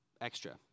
extra